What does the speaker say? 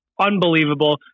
unbelievable